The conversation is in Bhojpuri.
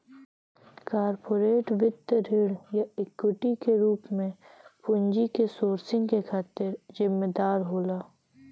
कॉरपोरेट वित्त ऋण या इक्विटी के रूप में पूंजी क सोर्सिंग के खातिर जिम्मेदार होला